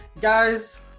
guys